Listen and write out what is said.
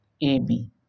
AB